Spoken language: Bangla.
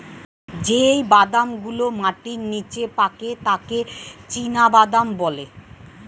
যেই বাদাম গুলো মাটির নিচে পাকে তাকে চীনাবাদাম বলে